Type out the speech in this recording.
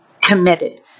committed